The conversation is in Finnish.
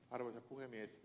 arvoisa puhemies